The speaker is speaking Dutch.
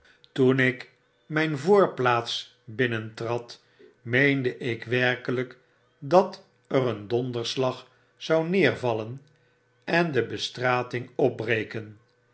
toen ik mjn voorplaats binnentrad meende ik werkeljjk dat er een donderslag zou neervallen en de bestrating opbreken